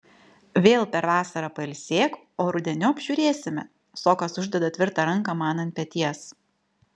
vėl per vasarą pailsėk o rudeniop žiūrėsime sokas uždeda tvirtą ranką man ant peties